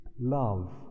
love